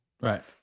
Right